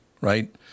right